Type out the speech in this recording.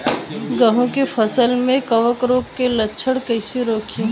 गेहूं के फसल में कवक रोग के लक्षण कईसे रोकी?